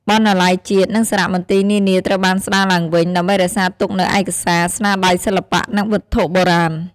បណ្ណាល័យជាតិ និងសារមន្ទីរនានាត្រូវបានស្តារឡើងវិញ ដើម្បីរក្សាទុកនូវឯកសារ ស្នាដៃសិល្បៈ និងវត្ថុបុរាណ។